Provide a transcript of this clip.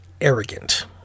arrogant